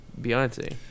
Beyonce